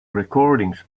recordings